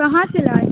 کہاں سے لائے